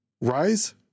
rise